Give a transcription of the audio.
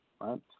right